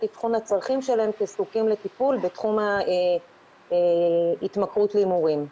תחום הצרכים שלהם כזקוקים לטיפול בתחום ההתמכרות להימורים,